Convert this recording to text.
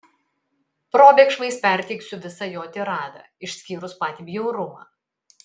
probėgšmais perteiksiu visą jo tiradą išskyrus patį bjaurumą